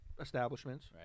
establishments